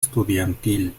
estudiantil